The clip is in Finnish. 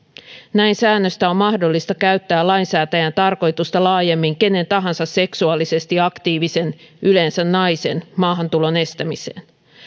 näin säännöstä on mahdollista käyttää lainsäätäjän tarkoitusta laajemmin kenen tahansa seksuaalisesti aktiivisen yleensä naisen maahantulon estämiseen